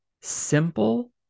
simple